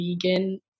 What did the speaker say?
vegan